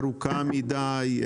ארוכה מידי"?